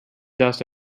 dust